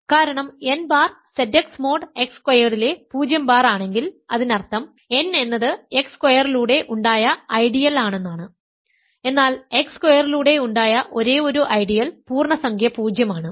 കാരണം n bar Z x mod x സ്ക്വയർഡിലെ 0 bar ആണെങ്കിൽ അതിനർത്ഥം n എന്നത് x സ്ക്വയറിലൂടെ ഉണ്ടായ ഐഡിയൽ ആണെന്നാണ് എന്നാൽ x സ്ക്വയറിലൂടെ ഉണ്ടായ ഒരേയൊരു ഐഡിയൽ പൂർണ്ണ സംഖ്യ 0 ആണ്